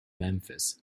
memphis